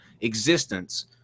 existence –